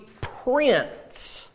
prince